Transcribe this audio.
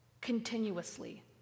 continuously